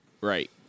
Right